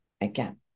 again